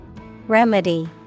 Remedy